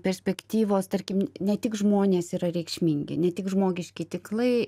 perspektyvos tarkim ne tik žmonės yra reikšmingi ne tik žmogiški tikslai